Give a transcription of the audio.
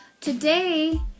Today